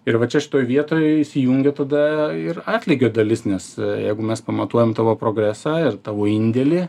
ir va čia šitoj vietoj įsijungia tada ir atlygio dalis nes jeigu mes pamatuojam tavo progresą ir tavo indėlį